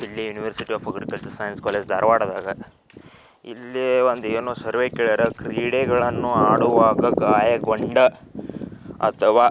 ಇಲ್ಲಿ university of agricultural science college ಧಾರವಾಡದಾಗ ಇಲ್ಲಿ ಒಂದು ಏನೋ ಸರ್ವೇ ಕೇಳ್ಯಾರ ಕ್ರೀಡೆಗಳನ್ನು ಆಡುವಾಗ ಗಾಯಗೊಂಡ ಅಥವಾ